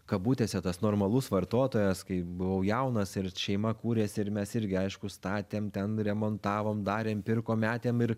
kabutėse tas normalus vartotojas kai buvau jaunas ir šeima kūrėsi ir mes irgi aišku statėm ten remontavom darėm pirkom metėm ir